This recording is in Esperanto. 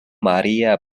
maria